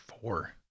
four